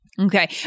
Okay